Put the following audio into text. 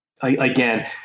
again